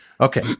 Okay